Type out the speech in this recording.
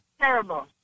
terrible